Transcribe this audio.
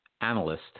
analyst